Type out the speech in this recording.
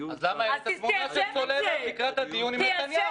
אז למה העליתם תמונה של צוללת לקראת הדיון עם נתניהו?